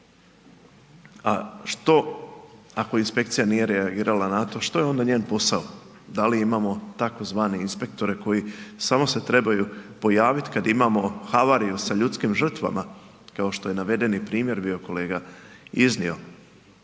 a što ako inspekcija nije reagirala na to, što je onda njen posao, da li imamo tzv. inspektore koji samo se trebaju pojavit kad imamo havariju sa ljudskim žrtvama, kao što je navedeni primjer bio kolega iznio